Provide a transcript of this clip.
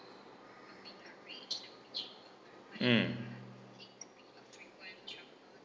mm